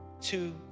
two